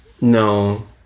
No